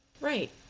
Right